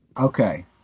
Okay